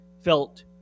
felt